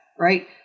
Right